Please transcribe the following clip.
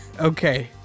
okay